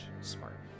Smart